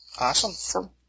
Awesome